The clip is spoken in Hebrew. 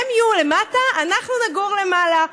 הן יהיו למטה, אנחנו נגור למעלה.